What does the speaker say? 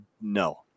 no